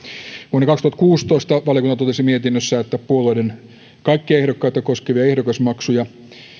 vuonna kaksituhattakuusitoista valiokunta totesi mietinnössään että puolueiden kaikkia ehdokkaita koskevia ehdokasmaksuja